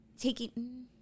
taking